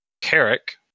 Carrick